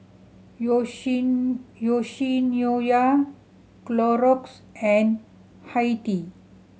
Yoshinoya Clorox and Hi Tea